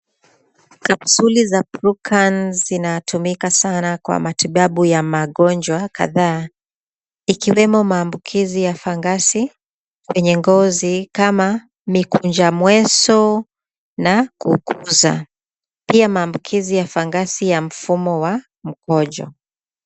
Kapsuli ya Prucan zinatumika sana kwa matibabu ya magonjwa kadhaa, ikiwemo maambukizi ya fangasi kwenye ngozi kama mikunja mwesu na kukuza. Pia maambukizi ya fangasi ya mfumo wa mkojo.